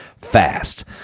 Fast